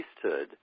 priesthood